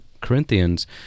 Corinthians